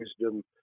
wisdom